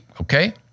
okay